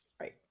Right